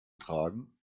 tragen